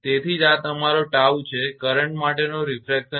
હવે તેથી જ આ તમારો 𝜏 છે તે કરંટ માટેનો રીફ્રેક્શન ગુણાંક છે